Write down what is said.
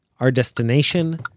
our destination?